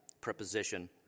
preposition